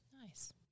Nice